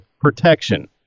protection